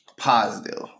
positive